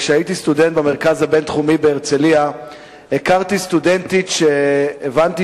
כשהייתי סטודנט במרכז הבין-תחומי בהרצלייה הכרתי סטודנטית שהבנתי